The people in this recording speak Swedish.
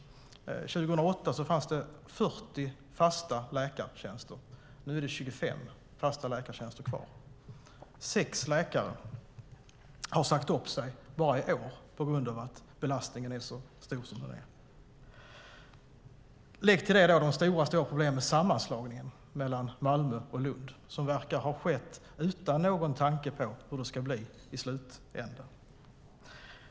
År 2008 fanns det 40 fasta läkartjänster. Nu är det 25 fasta läkartjänster kvar. Sex läkare har sagt upp sig bara i år på grund av att belastningen är så stor som den är. Lägg till detta de stora problemen med den sammanslagning mellan Malmö och Lund som verkar ha skett utan någon tanke på hur det ska bli i slutändan.